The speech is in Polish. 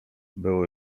było